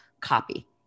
copy